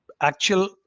actual